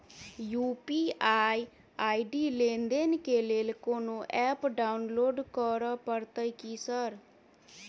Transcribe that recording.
UPI ID लेनदेन केँ लेल कोनो ऐप डाउनलोड करऽ पड़तय की सर?